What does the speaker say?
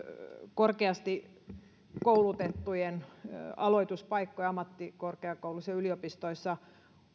korkeasti koulutettujen aloituspaikkoja ammattikorkeakouluissa ja yliopistoissa